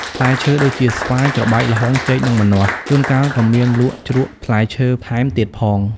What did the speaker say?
ផ្លែឈើ ដូចជា ស្វាយ ត្របែក ល្ហុង ចេក និងម្នាស់។ ជួនកាលក៏មានលក់ជ្រក់ផ្លែឈើថែមទៀតផង។